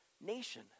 nation